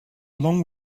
long